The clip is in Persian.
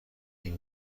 این